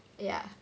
ya